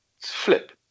flip